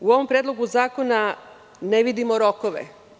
U ovom predlogu zakona ne vidimo rokove.